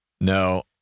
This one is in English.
No